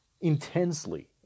intensely